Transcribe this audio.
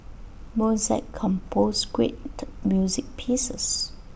Mozart composed great music pieces